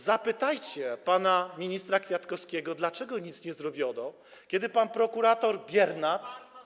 Zapytajcie pana ministra Kwiatkowskiego, dlaczego nic nie zrobiono, kiedy pan prokurator Biernat.